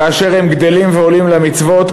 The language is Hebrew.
כאשר הם גדלים ועולים למצוות,